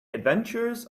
adventures